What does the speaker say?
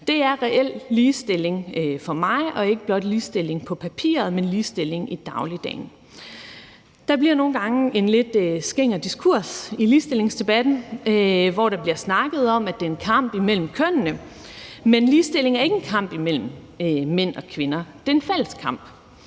Det er reel ligestilling for mig og ikke blot ligestilling på papiret, men ligestilling i dagligdagen. Der bliver nogle gange en lidt skinger diskurs i ligestillingsdebatten, hvor der bliver snakket om, at det er en kamp imellem kønnene. Men ligestilling er ikke en kamp imellem mænd og kvinder. Det er en fælles kamp,